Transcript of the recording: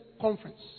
conference